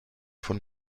von